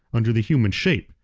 under the human shape,